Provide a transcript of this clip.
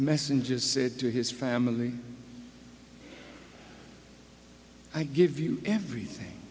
messengers said to his family i give you everything